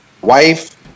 wife